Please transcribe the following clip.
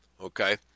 Okay